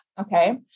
okay